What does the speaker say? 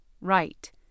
right